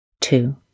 two